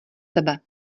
tebe